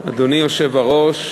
אדוני היושב-ראש,